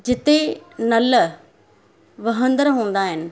जिते नलु वहंदर हूंदा आहिनि